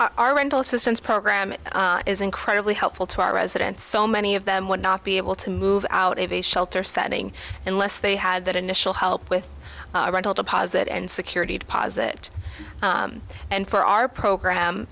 our rental assistance program is incredibly helpful to our residents so many of them would not be able to move out of a shelter setting unless they had that initial help with a rental deposit and security deposit and for our program